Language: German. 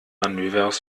manövers